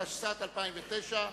התשס"ט 2009,